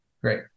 Great